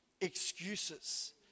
excuses